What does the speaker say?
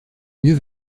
mieux